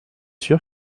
sûr